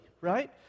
right